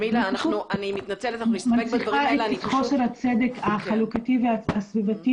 הוא מנציח את חוסר הצדק החלוקתי והסביבתי